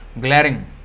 glaring